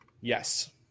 Yes